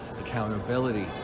accountability